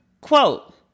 quote